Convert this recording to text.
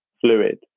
fluid